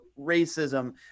racism